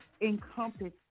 encompass